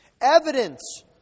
Evidence